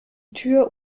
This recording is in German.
tür